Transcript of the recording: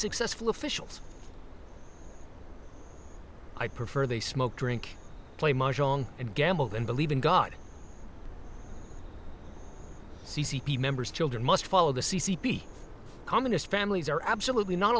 successful officials i prefer they smoke drink play marge wrong and gamble and believe in god c c p members children must follow the c c p communist families are absolutely not